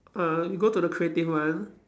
uh you go to the creative one